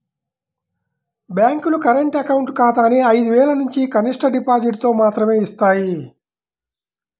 బ్యేంకులు current account ఖాతాని ఐదు వేలనుంచి కనిష్ట డిపాజిటుతో మాత్రమే యిస్తాయి